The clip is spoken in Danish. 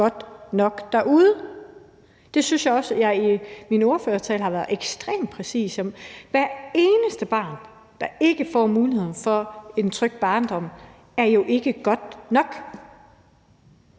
Det synes jeg også jeg i min ordførertale har været ekstremt præcis om. I forhold til hvert eneste barn, der ikke får muligheden for en tryg barndom, er det jo ikke godt nok.